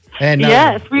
Yes